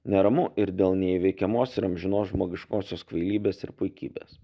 neramu ir dėl neįveikiamos ir amžinos žmogiškosios kvailybės ir puikybės